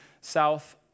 south